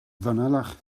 fanylach